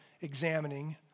examining